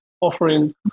offering